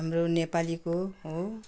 हाम्रो नेपालीको हो